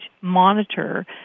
monitor